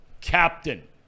captain